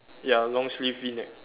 ya long sleeve V neck